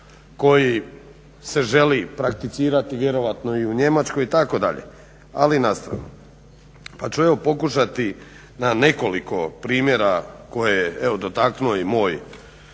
koji se želi prakticirati vjerojatno i u Njemačkoj itd. Ali na stranu, pa ću evo pokušati na nekoliko primjera koje je evo dotaknuo i moj